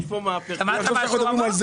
אמרו קודם כל דיקטטורה.